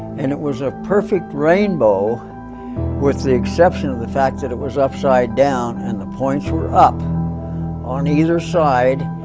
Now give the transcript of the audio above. and it was a perfect rainbow with the exception of the fact that it was upside down, and the points were up on either side,